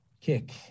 kick